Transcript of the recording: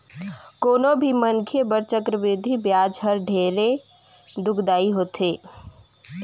कोनो भी मनखे बर चक्रबृद्धि बियाज हर ढेरे दुखदाई होथे